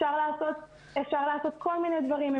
אפשר לעשות כל מיני דברים.